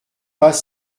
pas